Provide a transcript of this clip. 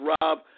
Rob